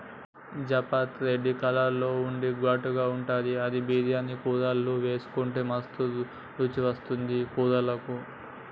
జాపత్రి red colour లో ఉండి ఘాటుగా ఉంటది అది బిర్యానీల కూరల్లా వేసుకుంటే మస్తు రుచి వస్తది కూరలకు